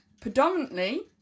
predominantly